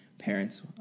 parents